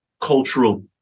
cultural